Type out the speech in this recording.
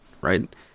right